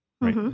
right